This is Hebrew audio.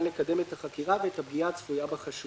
לקדם את החקירה ואת הפגיעה הצפויה בחשוד,